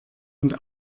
und